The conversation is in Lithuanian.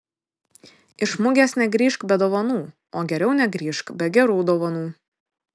iš mugės negrįžk be dovanų o geriau negrįžk be gerų dovanų